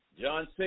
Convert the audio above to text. John